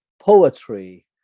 poetry